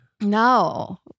No